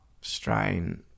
strain